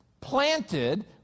planted